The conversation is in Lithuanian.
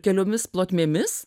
keliomis plotmėmis